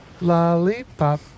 lollipop